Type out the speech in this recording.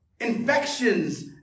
infections